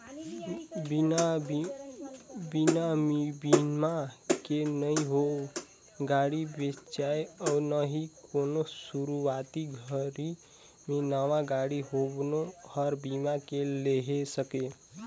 बिना बिमा के न हो गाड़ी बेचाय अउ ना ही कोनो सुरूवाती घरी मे नवा गाडी कोनो हर बीमा के लेहे सके